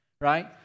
right